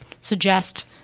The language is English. suggest